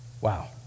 Wow